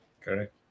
correct